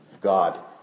God